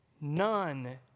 none